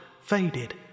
faded